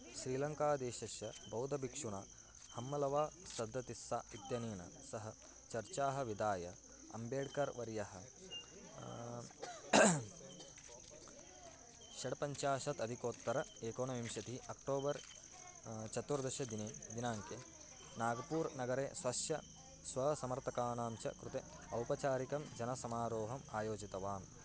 स्रीलङ्कादेशस्य बौद्धभिक्षुणा हम्मलवासद्दत्तिस्सा इत्यनेन सः चर्चाः विदाय अम्बेड्कर् वर्यः षड्पञ्चाशत् अधिकोत्तरैकोनविंशतिः अक्टोबर् चतुर्दशदिने दिनाङ्के नागपूर् नगरे स्वस्य स्वसमर्थकानां च कृते औपचारिकं जनसमारोहम् आयोजितवान्